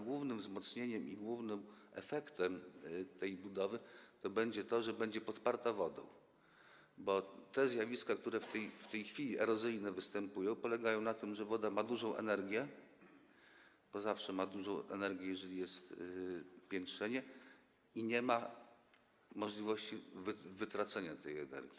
Głównym wzmocnieniem, głównym efektem tej budowy będzie to, że będzie podparta wodą, bo te zjawiska erozyjne, które w tej chwili występują, polegają na tym, ze woda ma dużą energię, bo zawsze ma dużą energię, jeżeli jest spiętrzenie, i nie ma możliwości wytracenia tej energii.